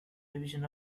division